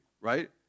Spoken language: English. right